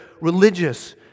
religious